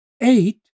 eight